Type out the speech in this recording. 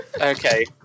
Okay